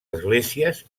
esglésies